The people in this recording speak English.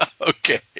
Okay